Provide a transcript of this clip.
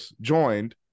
joined